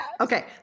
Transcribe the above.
Okay